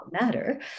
matter